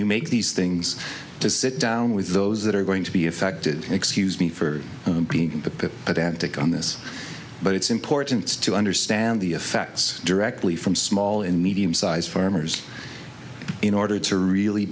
you make these things to sit down with those that are going to be affected excuse me for being the atlantic on this but it's important to understand the effects directly from small in medium sized farmers in order to really